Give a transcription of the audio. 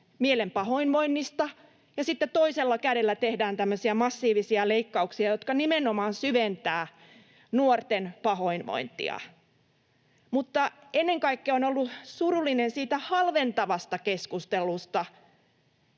mielen pahoinvoinnista, ja sitten toisella kädellä tehdään tämmöisiä massiivisia leikkauksia, jotka nimenomaan syventävät nuorten pahoinvointia. Ennen kaikkea olen ollut surullinen siitä halventavasta keskustelusta,